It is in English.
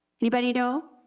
anybody know?